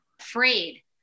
afraid